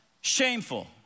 shameful